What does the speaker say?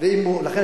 נכון.